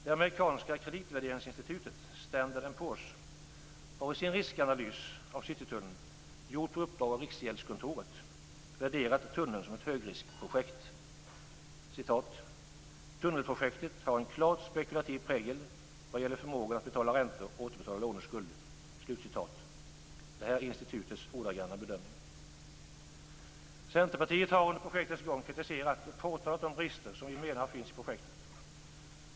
Det amerikanska kreditvärderingsinstitutet Standard & Poor's har i sin riskanalys av Citytunneln, gjord på uppdrag av Riksgäldskontoret, värderat tunneln som ett högriskprojekt. "Tunnelprojektet har en klart spekulativ prägel vad gäller förmågan att betala räntor och återbetala låneskuld." Det är institutets ordagranna bedömning. Vi i Centerpartiet har under projektets gång kritiserat och påtalat de brister vi menar finns i projektet.